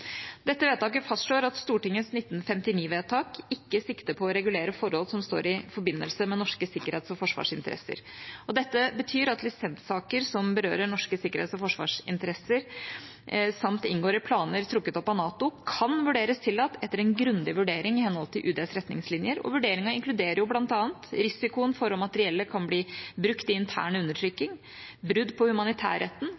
Dette vedtaket fastslår at Stortingets 1959-vedtak ikke sikter på å regulere forhold som står i forbindelse med norske sikkerhets- og forsvarsinteresser. Dette betyr at lisenssaker som berører norske sikkerhets- og forsvarsinteresser samt inngår i planer trukket opp av NATO, kan vurderes tillatt etter en grundig vurdering i henhold til UDs retningslinjer, og vurderingen inkluderer bl.a. risikoen for om materiellet kan bli brukt i